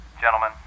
Gentlemen